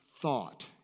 thought